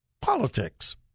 politics